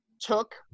took